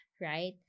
right